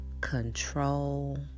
control